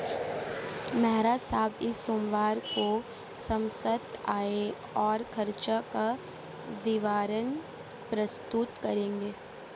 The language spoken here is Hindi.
मेहरा साहब इस सोमवार को समस्त आय और खर्चों का विवरण प्रस्तुत करेंगे